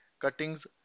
cuttings